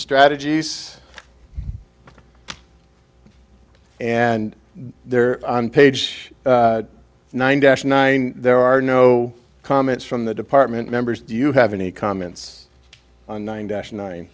strategies and they're on page nine dash nine there are no comments from the department members do you have any comments on nine dash